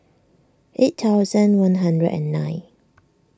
eight thousand one hundred and nine